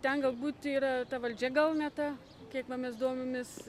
ten galbūt yra ta valdžia gal ne ta kiek va mes domimės